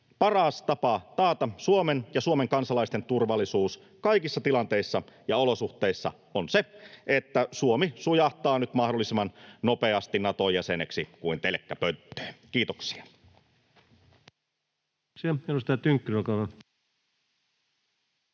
paras tapa taata Suomen ja Suomen kansalaisten turvallisuus kaikissa tilanteissa ja olosuhteissa on se, että Suomi sujahtaa nyt mahdollisimman nopeasti Nato-jäseneksi: kuin telkkä pönttöön. — Kiitoksia.